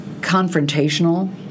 confrontational